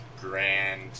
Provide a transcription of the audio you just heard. grand